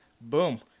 Boom